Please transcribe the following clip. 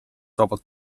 vabalt